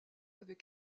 avec